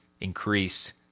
increase